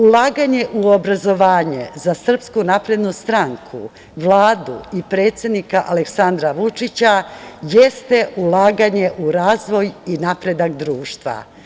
Ulaganje u obrazovanje za SNS, Vladu i predsednika Aleksandra Vučića jeste ulaganje u razvoj i napredak društva.